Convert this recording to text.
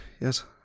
Yes